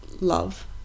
love